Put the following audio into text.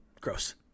gross